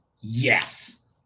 yes